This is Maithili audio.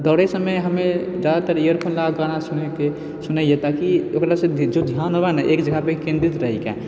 दौड़ै समय हमे जादातर इयरफोन लगाकऽ गाना सुनैयऽ ताकि ओकरासँ जे ध्यान यऽ ने एक जगह केन्द्रित रहै छै